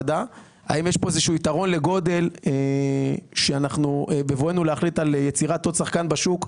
האם יש כאן איזשהו יתרון לגודל שבבואנו להחליט על יצירת עוד שחקן בשוק,